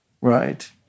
Right